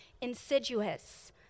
insidious